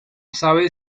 sabe